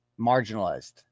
Marginalized